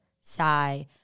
Sigh